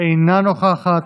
אינה נוכחת,